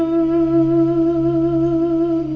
oh